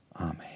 Amen